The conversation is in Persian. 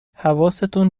حواستون